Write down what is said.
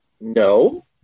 no